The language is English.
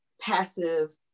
passive